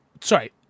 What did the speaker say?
Sorry